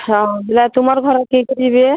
ହଁ ହେଲେ ତୁମର୍ ଘରର୍ କିଏ କିଏ ଯିବେ